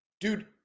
Dude